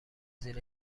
زیر